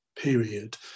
period